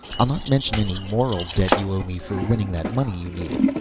i'll not mention any moral debt you owe me for winning that money you needed.